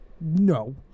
No